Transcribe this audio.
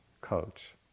coach